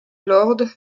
lord